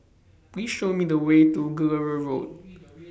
Please Show Me The Way to Road